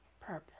purpose